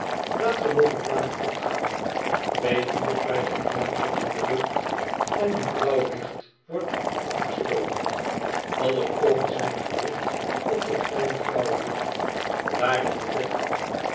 laat er nog een paar opgaan twee vuurpijlen knetteren in de lucht en een blauw licht wordt opgestoken aller oogen zijn gericht op dat kleine flauwe lichtje daar in de verte